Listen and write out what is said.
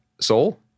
soul